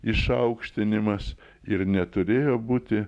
išaukštinimas ir neturėjo būti